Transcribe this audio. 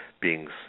beings